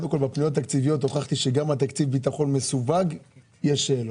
בפניות התקציביות הוכחתי שגם על תקציב ביטחון מסווג יש שאלות.